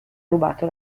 rubato